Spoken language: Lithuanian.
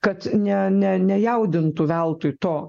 kad ne ne nejaudintų veltui to